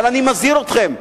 אבל אני מזהיר אתכם,